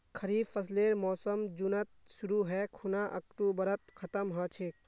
खरीफ फसलेर मोसम जुनत शुरु है खूना अक्टूबरत खत्म ह छेक